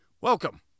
Welcome